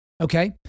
okay